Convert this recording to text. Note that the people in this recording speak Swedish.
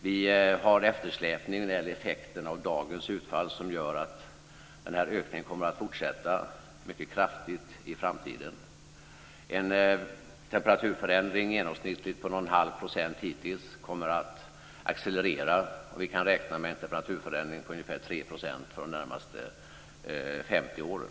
Vi har en eftersläpning när det gäller effekterna av dagens utfall, som gör att den här ökningen kommer att fortsätta mycket kraftigt i framtiden. En temperaturförändring genomsnittligt på någon halv procent hittills kommer att accelerera. Vi kan räkna med en temperaturförändring på ungefär 3 % de närmaste 50 åren.